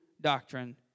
doctrine